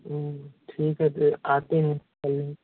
ठीक है फ़िर आते हैं